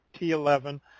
T11